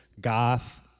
goth